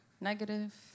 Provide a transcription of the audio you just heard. negative